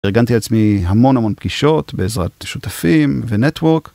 ארגנתי עצמי המון המון פגישות בעזרת שותפים ונטוורק.